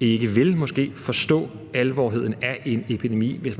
ikke vil forstå alvoren af en epidemi. Et